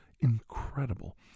incredible